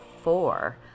four